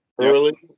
early